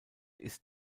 ist